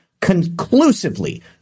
conclusively